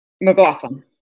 McLaughlin